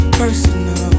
personal